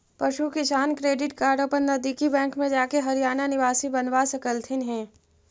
पशु किसान credit card अपन नजदीकी बैंक में जाके हरियाणा निवासी बनवा सकलथीन हे